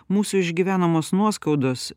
mūsų išgyvenamos nuoskaudos